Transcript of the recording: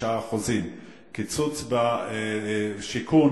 39%; קיצוץ בשיכון,